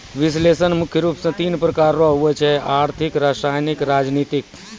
विश्लेषण मुख्य रूप से तीन प्रकार रो हुवै छै आर्थिक रसायनिक राजनीतिक